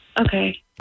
Okay